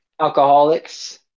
alcoholics